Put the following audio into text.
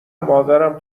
مادرم